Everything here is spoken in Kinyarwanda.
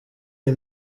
iyi